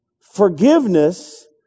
Forgiveness